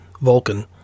Vulcan